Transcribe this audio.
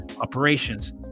operations